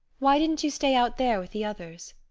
why didn't you stay out there with the others?